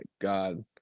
God